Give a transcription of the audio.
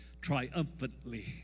triumphantly